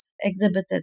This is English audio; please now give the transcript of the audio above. exhibited